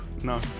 no